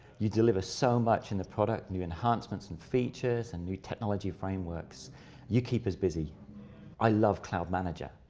you deliver so much in the product new enhancements and features and new technology frameworks you keep us busy i love cloud manager.